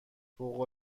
فوق